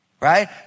right